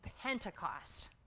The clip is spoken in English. Pentecost